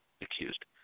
accused